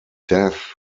death